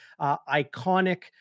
Iconic